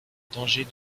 danger